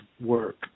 work